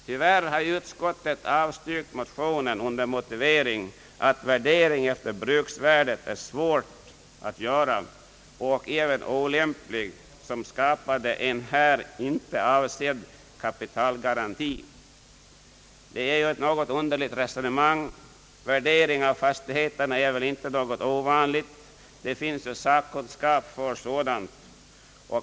Tyvärr har utskottet avstyrkt motionen under motivering att värdering efter bruksvärde är svår att göra och även olämplig eftersom den skapar en här inte avsedd kapitalgaranti. Detta är ett något underligt resonemang. Värdering av fastigheter är väl inte något ovanligt. Det finns ju sakkunskap för sådant.